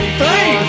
three